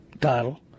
title